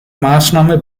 maßnahme